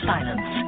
Silence